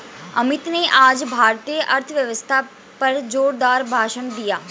अमित ने आज भारतीय अर्थव्यवस्था पर जोरदार भाषण दिया